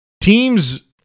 Teams